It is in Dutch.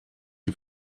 die